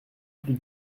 plus